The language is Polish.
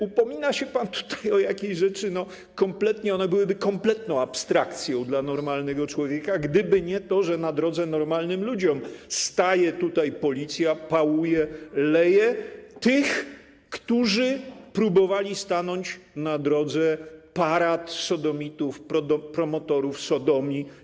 Upomina się pan tutaj o jakieś rzeczy, które byłyby kompletną abstrakcja dla normalnego człowieka, gdyby nie to, że na drodze normalnym ludziom staje policja, pałuje, leje tych, którzy próbowali stanąć na drodze parad sodomitów, promotorów sodomii.